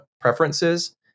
preferences